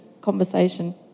conversation